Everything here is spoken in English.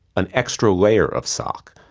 an extra layer of sock,